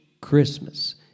Christmas